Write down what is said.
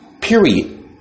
Period